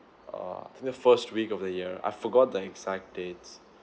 err the first week of the year I forgot the exact dates